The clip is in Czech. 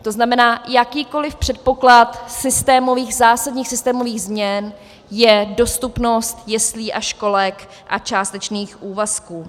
To znamená, jakýkoliv předpoklad systémových, zásadních systémových změn je dostupnost jeslí a školek a částečných úvazků.